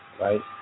Right